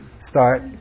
start